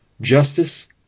justice